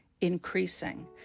increasing